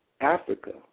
Africa